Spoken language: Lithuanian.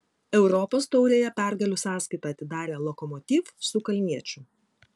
europos taurėje pergalių sąskaitą atidarė lokomotiv su kalniečiu